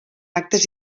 actes